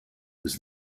was